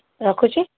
ରଖୁଛି